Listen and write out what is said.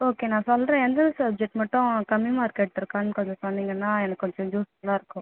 okay நான் சொல்கிறேன் எந்தெந்த சப்ஜெக்ட் மட்டும் அவன் கம்மி மார்க் எடுத்துருக்கானு கொஞ்சம் சொன்னிங்கனால் எனக்கு கொஞ்சம் யூஸ்ஃபுல்லாக இருக்கும்